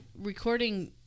recording